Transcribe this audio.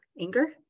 anger